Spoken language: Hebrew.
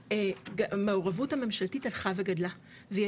המעורבות הממשלתית היא הלכה וגדלה והיא